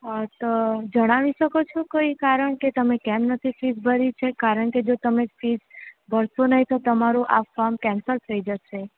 હા તો જણાવી શકો છો કોઈ કારણ કે તમે કેમ નથી ફીસ ભરી કારણ કે જો તમે ફીસ ભરશો નહીં તો તમારું આ ફોર્મ કેન્સલ થઈ જશે